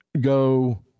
go